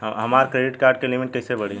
हमार credit card के limit कइसे बढ़ी?